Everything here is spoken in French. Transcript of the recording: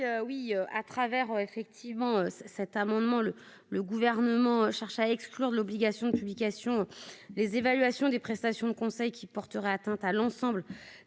oui à travers effectivement cet amendement le le gouvernement cherche à exclure l'obligation de publication, les évaluations des prestations de conseil qui portera atteinte à l'ensemble des secrets protégés